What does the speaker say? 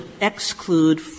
exclude